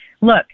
look